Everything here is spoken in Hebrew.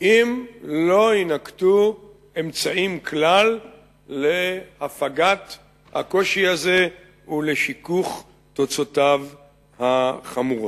אם לא יינקטו כלל אמצעים להפגת הקושי הזה ולשיכוך תוצאותיו החמורות.